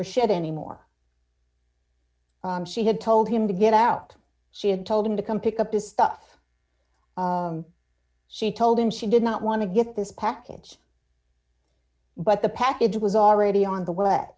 her shit anymore she had told him to get out she had told him to come pick up his stuff she told him she did not want to get this package but the package was already on the w